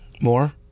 More